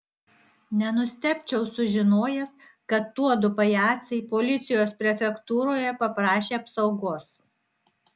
nenustebčiau sužinojęs kad tuodu pajacai policijos prefektūroje paprašė apsaugos